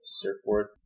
surfboard